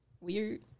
Weird